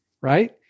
right